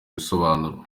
ibisobanuro